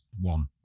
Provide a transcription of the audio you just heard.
one